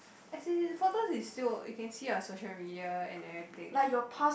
as in photos is still you can see on social media and everything